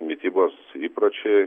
mitybos įpročiai